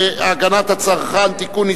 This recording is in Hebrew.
הגנת הצרכן (תיקון,